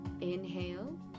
inhale